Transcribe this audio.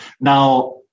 Now